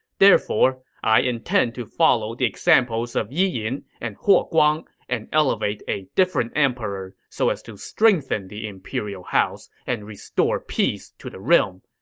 therefore, i intend to follow the examples of yi yin and huo guang and elevate a different emperor so as to strengthen the imperial house and restore peace to the realm.